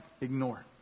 ignore